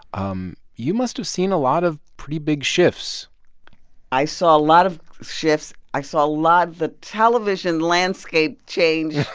um you must have seen a lot of pretty big shifts i saw a lot of shifts. i saw a lot of the television landscape change.